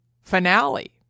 finale